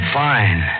fine